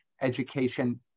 education